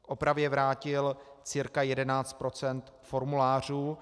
K opravě vrátil cca 11 % formulářů.